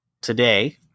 today